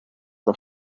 are